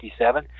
1957